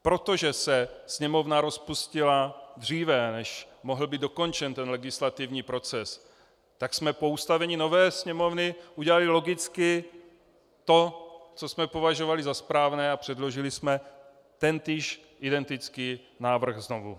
Protože se Sněmovna rozpustila dříve, než mohl být legislativní proces dokončen, tak jsme po ustavení nové Sněmovny udělali logicky to, co jsme považovali za správné, a předložili jsme tentýž, identický návrh znovu.